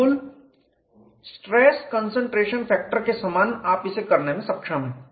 बिल्कुल stress concentration factor के समान आप इसे करने में सक्षम हैं